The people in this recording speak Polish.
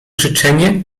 życzenie